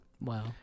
Wow